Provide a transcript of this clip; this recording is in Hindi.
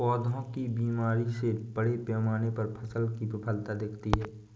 पौधों की बीमारी से बड़े पैमाने पर फसल की विफलता दिखती है